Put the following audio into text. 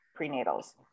prenatals